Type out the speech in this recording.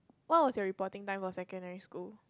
what was your reporting time for secondary school